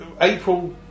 April